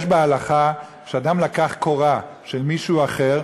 יש בהלכה שאדם לקח קורה של מישהו אחר,